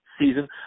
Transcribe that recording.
season